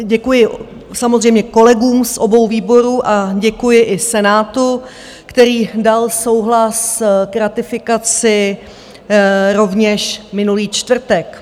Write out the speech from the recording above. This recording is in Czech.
Děkuji samozřejmě kolegům z obou výborů a děkuji i Senátu, který dal souhlas k ratifikaci rovněž minulý čtvrtek.